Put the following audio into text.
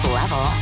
level